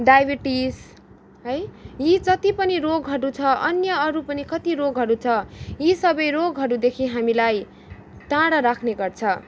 diabetes है यी जति पनि रोगहरू छ अन्य अरू पनि कति रोगहरू छ यी सबै रोगहरूदेखि हामीलाई टाडा राख्ने गर्छ